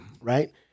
Right